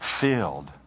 filled